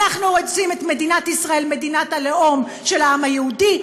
אנחנו רוצים את מדינת ישראל מדינת הלאום של העם היהודי,